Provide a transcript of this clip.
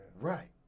Right